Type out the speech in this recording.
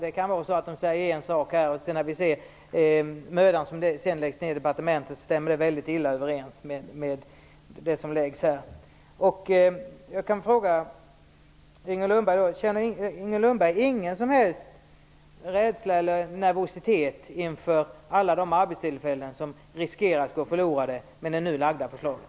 Det kan vara så att han säger en sak här, och när vi sedan ser den möda som har lagts ned i departementet stämmer den väldigt illa överens med detta. Inger Lundberg ingen som helst rädsla eller nervositet inför alla de arbetstillfällen som riskerar att gå förlorade med det nu framlagda förslaget?